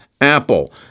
Apple